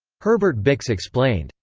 herbert bix explained,